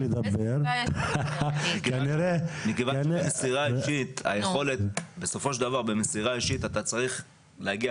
מכיוון שבמסירה אישית אתה צריך להגיע